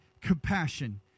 compassion